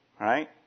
Right